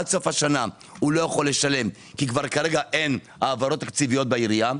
עד סוף השנה הוא לא יכול לשלם כי כרגע אין העברות תקציביות בעירייה,